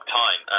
time